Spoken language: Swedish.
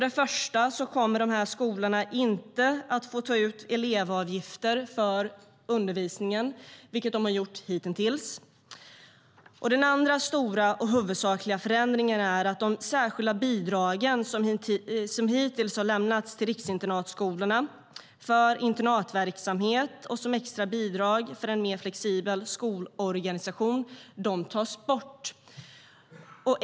Den första är att dessa skolor inte kommer att få ta ut elevavgifter för undervisningen, vilket de har gjort hitintills. Den andra stora och huvudsakliga förändringen är att de särskilda bidrag som hittills har lämnats till riksinternatskolorna för internatverksamhet och som extra bidrag för en mer flexibel skolorganisation tas bort.